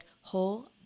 whole